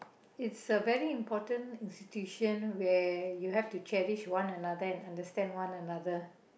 it's a very important institution where you have to cherish one another and understand one another